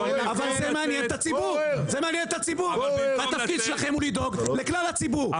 אבל זה מעניין את הציבור והתפקיד שלכם הוא לדאוג לכלל הציבור,